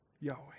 Yahweh